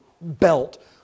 belt